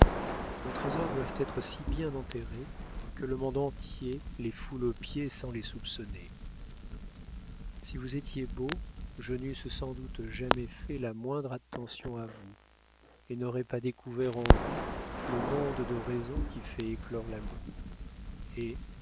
nos trésors doivent être si bien enterrés que le monde entier les foule aux pieds sans les soupçonner si vous étiez beau je n'eusse sans doute jamais fait la moindre attention à vous et n'aurais pas découvert en vous le monde de raisons qui fait éclore l'amour et